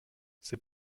c’est